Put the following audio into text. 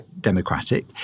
democratic